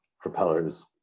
propellers